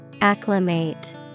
Acclimate